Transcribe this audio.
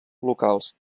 locals